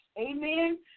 Amen